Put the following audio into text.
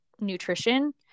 nutrition